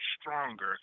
stronger